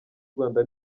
rwanda